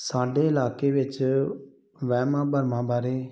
ਸਾਡੇ ਇਲਾਕੇ ਵਿੱਚ ਵਹਿਮਾਂ ਭਰਮਾਂ ਬਾਰੇ